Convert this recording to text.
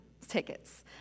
tickets